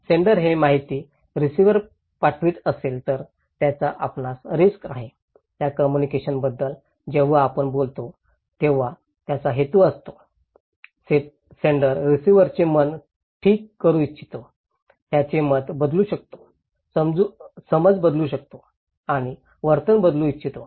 जर सेण्डर हे माहिती रिसिव्हर पाठवित असेल तर त्याचा आपणास रिस्क आहे त्या कम्युनिकेशनबद्दल जेव्हा आपण बोलत असतो तेव्हा त्याचा हेतू असतो सेण्डर रिसीव्हरचे मन ठीक करू इच्छितो त्याचे मत बदलू शकतो समज बदलू शकतो आणि वर्तन बदलू इच्छितो